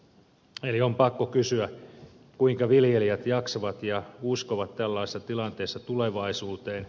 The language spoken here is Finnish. eli on pakko kysyä kuinka viljelijät jaksavat ja uskovat tällaisessa tilanteessa tulevaisuuteen